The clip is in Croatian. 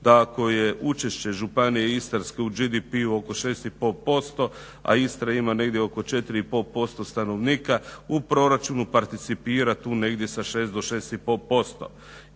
da ako je učešće Županije istarske u GDP-u oko 6,5%, a Istra ima negdje oko 4,5% stanovnika u proračunu participira tu negdje sa 6 do 6,5%